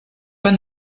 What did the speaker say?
pas